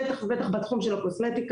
בטח ובטח בתחום הקוסמטיקה.